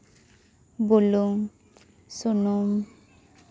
ᱵᱩᱞᱩᱝ ᱥᱩᱱᱩᱢ